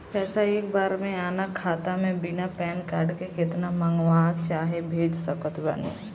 पैसा एक बार मे आना खाता मे बिना पैन कार्ड के केतना मँगवा चाहे भेज सकत बानी?